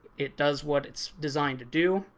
it does what it's designed to do,